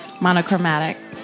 monochromatic